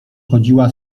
chodziła